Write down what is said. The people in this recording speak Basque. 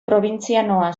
probintzianoa